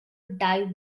dive